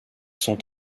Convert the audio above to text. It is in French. sont